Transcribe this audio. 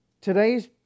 Today's